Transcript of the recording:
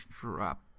drop